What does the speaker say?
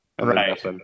Right